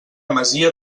masia